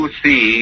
see